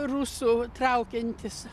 rusų traukiantis